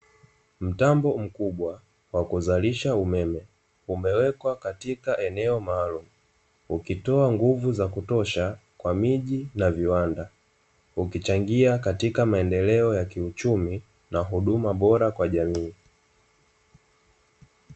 Mtambo mkubwa wa kuzalisha umeme umewekwa katika eneo maalumu, ukitoa nguvu za kutosha kwa miji na viwanda, ukichangia katika maendeleo ya kiuchumi na huduma bora kwa jamii.